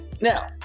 Now